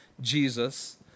Jesus